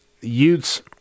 Utes